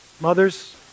Mothers